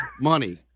money